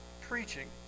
preaching